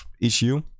issue